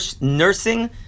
nursing